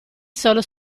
solo